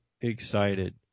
excited